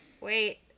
wait